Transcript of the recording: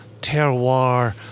terroir